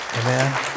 Amen